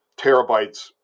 terabytes